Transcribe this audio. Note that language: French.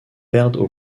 perdent